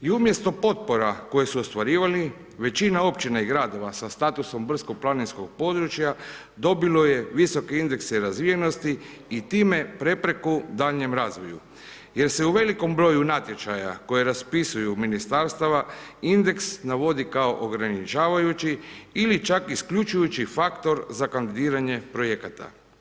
I umjesto potpora koje su ostvarivali većina općina i gradova sa statusom brdsko-planinskog područja dobilo je visoke indekse razvijenosti i time prepreku daljnjem razvoju, jer se u velikom broju natječaja koje raspisuju ministarstva indeks navodi kao ograničavajući ili čak isključujući faktor za kandidiranje projekata.